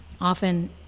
Often